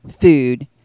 food